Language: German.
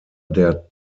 der